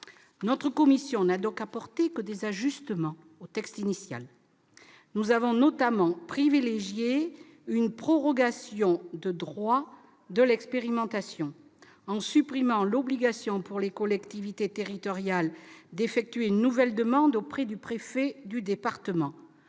Notre commission n'a donc apporté que des ajustements au texte initial. Nous avons notamment privilégié une prorogation de droit de l'expérimentation, en supprimant l'obligation pour les collectivités territoriales d'effectuer une nouvelle demande auprès du préfet du département,